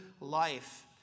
life